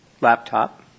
laptop